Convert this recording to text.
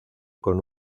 con